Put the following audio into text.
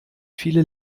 viele